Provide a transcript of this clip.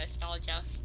nostalgia